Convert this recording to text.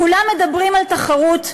כולם מדברים על תחרות,